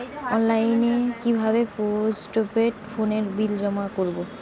অনলাইনে কি ভাবে পোস্টপেড ফোনের বিল জমা করব?